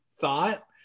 thought